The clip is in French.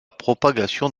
propagation